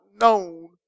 known